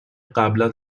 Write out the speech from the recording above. قبلا